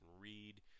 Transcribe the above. read